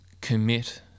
commit